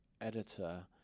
editor